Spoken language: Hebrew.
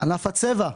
ענף הצבע.